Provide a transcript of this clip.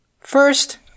First